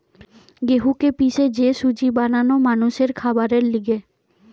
গেহুকে পিষে যে সুজি বানানো মানুষের খাবারের লিগে